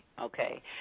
Okay